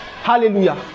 hallelujah